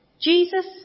Jesus